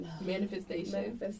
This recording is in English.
Manifestation